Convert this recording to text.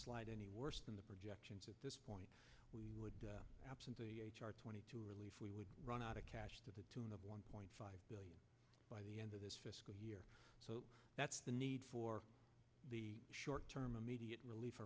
slide any worse than the projections at this point we would absolutely twenty two relief we would run out of cash to the tune of one point five billion by the end of this fiscal year so that's the need for the short term immediate relief